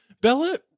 Bella